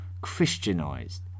Christianized